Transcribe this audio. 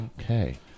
Okay